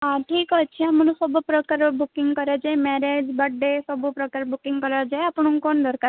ହଁ ଠିକ୍ ଅଛି ଆମର ସବୁ ପ୍ରକାରର ବୁକିଂ କରାଯାଏ ମ୍ୟାରେଜ୍ ବାର୍ଥଡ଼େ ସବୁ ପ୍ରକାରର ବୁକିଂ କରାଯାଏ ଆପଣଙ୍କୁ କ'ଣ ଦରକାର